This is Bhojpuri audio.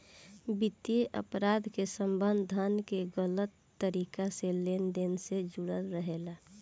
वित्तीय अपराध के संबंध धन के गलत तरीका से लेन देन से जुड़ल रहेला